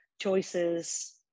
choices